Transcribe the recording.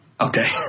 Okay